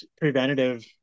preventative